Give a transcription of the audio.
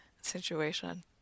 situation